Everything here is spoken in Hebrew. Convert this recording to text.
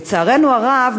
לצערנו הרב,